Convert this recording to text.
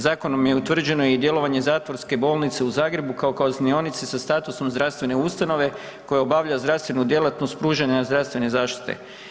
Zakonom je utvrđeno i djelovanje zatvorske bolnice u Zagrebu kao kaznionice sa statusom zdravstvene ustanove koja obavlja zdravstvenu djelatnost pružanja zdravstvene zaštite.